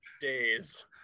days